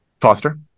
Foster